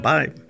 Bye